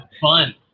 fun